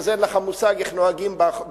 אז אין לך מושג איך נוהגים בחורף,